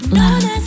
love